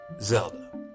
Zelda